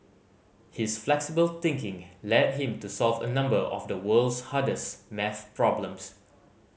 his flexible thinking led him to solve a number of the world's hardest maths problems